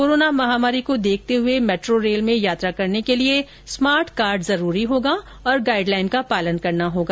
corona महामारी को देखते मेट्रो रेल में यात्रा करने के लिए स्मार्ट कार्ड जरूरी होगा और गाइड लाइन का पालन करना होगा